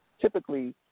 typically